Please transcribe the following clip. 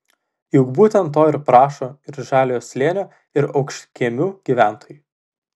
juk būtent to ir prašo ir žaliojo slėnio ir aukštkiemių gyventojai